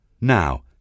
Now